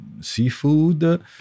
seafood